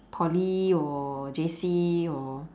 poly or J_C or